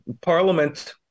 Parliament